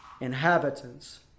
inhabitants